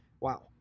Wow